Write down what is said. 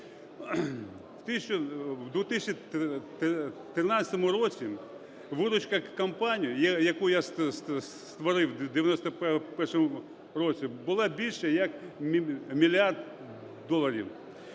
В 2013 році виручка компанії, яку я створив в 91-му році, була більше як мільярд доларів.